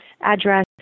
address